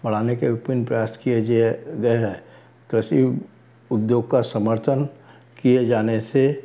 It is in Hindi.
बढ़ाने के विभिन्न प्रयास किए गए हैं कृषि उद्योग का समर्थन किए जाने से